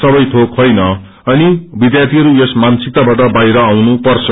सवैधोक होइन अनि विध्यार्थीहरू यस मानसिकताबाट बाहिर आनुपर्छ